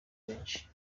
benshi